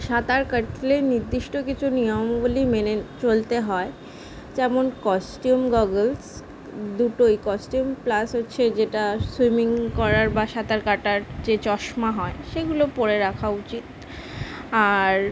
সাঁতার কাটলে নির্দিষ্ট কিছু নিয়মাবলী মেনে চলতে হয় যেমন কস্টিউম গগলস দুটোই কস্টিউম প্লাস হচ্ছে যেটা সুইমিং করার বা সাঁতার কাটার যে চশমা হয় সেগুলো পরে রাখা উচিত আর